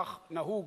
כך נהוג.